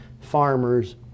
farmers